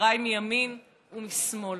חבריי מימין ומשמאל,